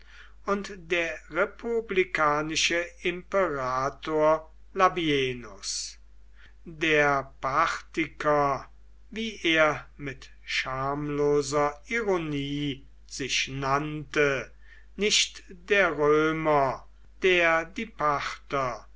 und der republikanische imperator labienus der parthiker wie er mit schamloser ironie sich nannte nicht der römer der die parther